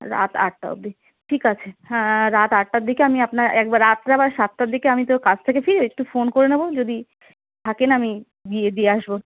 রাত আটটা অব্দি ঠিক আছে হ্যাঁ রাত আটটার দিকে আমি আপনার একবার রাত্রে আবার সাতটার দিকে আমি তো কাছ থেকে ফিরে একটু ফোন করে নেবো যদি থাকে আমি দিয়ে দিয়ে আসবো